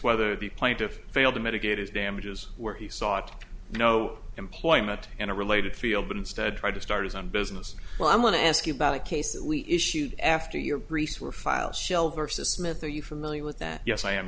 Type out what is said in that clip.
whether the plaintiff failed to mitigate his damages where he sought no employment in a related field but instead tried to start his own business well i'm going to ask you about a case that we issued after your priests were filed shell versus smith are you familiar with that yes i am